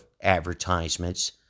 advertisements